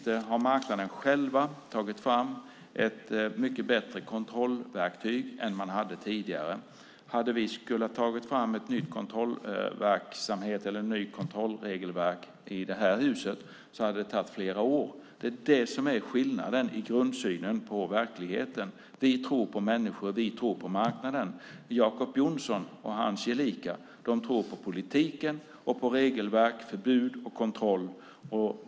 Där har marknaden själv tagit fram ett mycket bättre kontrollverktyg än vad man hade tidigare. Hade vi fått ta fram ny kontrollverksamhet eller ett nytt kontrollregelverk i det här huset hade det tagit flera år. Det är skillnaden i grundsynen på verkligheten. Vi tror på människor och marknaden. Jacob Johnson och hans gelikar tror på politiken, regelverk, förbud och kontroll.